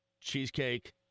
Cheesecake